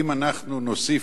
אם אנחנו נוסיף,